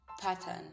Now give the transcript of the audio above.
pattern